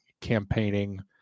campaigning